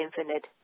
infinite